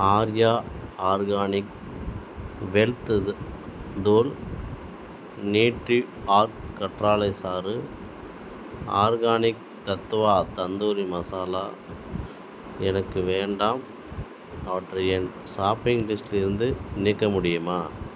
Arya organic வெல்லதது தூள் NutriOrg கற்றாழை சாறு ஆர்கானிக் தத்வா தந்தூரி மசாலா எனக்கு வேண்டாம் அவற்றை என் ஷாப்பிங் லிஸ்ட்டிலிருந்து நீக்க முடியுமா